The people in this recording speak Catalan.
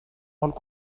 molt